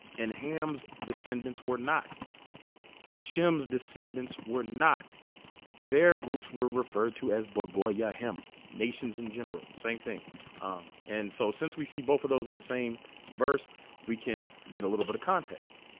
and hams descendants were not shims descendants were not their groups were referred to as bug boy yeah ahem nations in general same thing and so since we see both of those in the same verse we can get a little bit of context